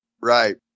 Right